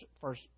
first